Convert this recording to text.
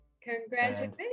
congratulations